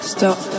Stop